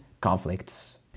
conflicts